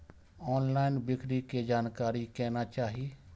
Online बिक्री के जानकारी केना चाही?